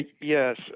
Yes